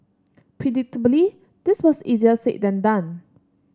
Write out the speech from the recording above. predictably this was easier said than done